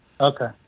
Okay